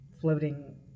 floating